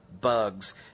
bugs